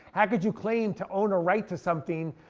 how could you claim to own a right to something,